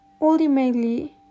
Ultimately